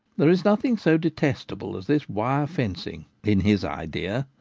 there is nothing so detestable as this wire fencing in his idea.